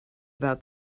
about